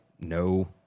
no